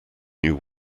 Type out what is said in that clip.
new